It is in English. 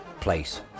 place